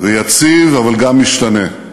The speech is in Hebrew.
ויציב, אבל גם משתנה,